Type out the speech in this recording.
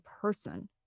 person